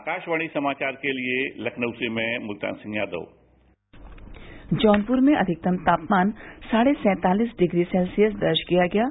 आकाशवाणी समाचार के लिए लखनऊ से में मुल्तान सिंह यादव जौनपुर में अधिकतम तापमान साढ़े सैंतालीस डिग्री सेल्सियस दर्ज किया गया है